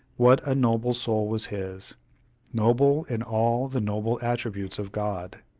what a noble soul was his noble in all the noble attributes of god!